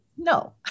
No